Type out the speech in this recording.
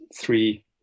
three